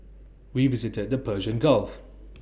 we visited the Persian gulf